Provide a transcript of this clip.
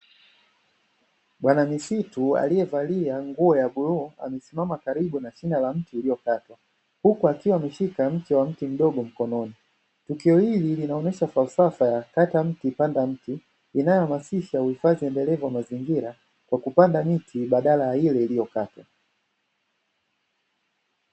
Bwana misitu aliyevalia nguo ya bluu amesimama karibu na shina la mti uliyokatwa, huku akiwa ameshika mche mdogo mkononi tukio hili linaonesha falsafa ya kata mti panda mti, inahamasisha upandaji wa miti endelevu wa mazingira kwa kupanda mti baada ya ile iliyokatwa.